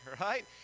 right